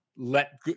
let